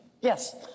Yes